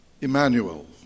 Emmanuel